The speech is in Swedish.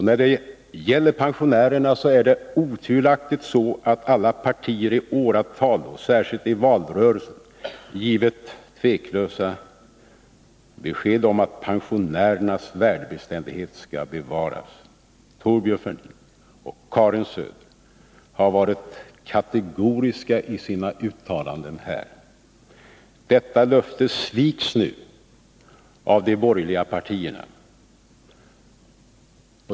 När det gäller pensionärerna är det otvivelaktigt så att alla partier i åratal, särskilt i valrörelser, har givit tveklösa besked om att pensionernas värdebeständighet skall bevaras. Thorbjörn Fälldin och Karin Söder har varit kategoriska i sina uttalanden härvidlag. Detta löfte sviks nu av de borgerliga partierna.